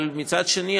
אבל מצד שני,